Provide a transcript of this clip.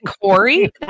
Corey